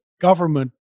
government